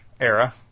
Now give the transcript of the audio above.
era